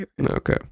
Okay